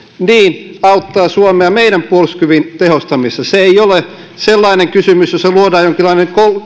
pry auttaa suomea meidän puolustuskyvyn tehostamisessa se ei ole sellainen kysymys jossa luodaan jonkinlainen